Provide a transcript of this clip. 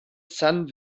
san